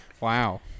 Wow